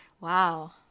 Wow